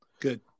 Good